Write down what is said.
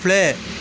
play